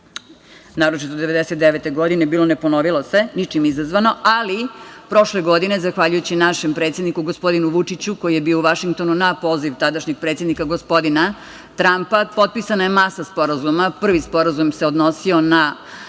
naročito 1999. godine, bilo, ne ponovilo se, ničim izazvano, ali prošle godine zahvaljujući našem predsedniku gospodinu Vučiću koji je bio u Vašingtonu na poziv tadašnjeg predsednika gospodina Trampa potpisana je masa sporazuma. Prvi sporazum se odnosio na